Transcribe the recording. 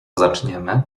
zaczniemy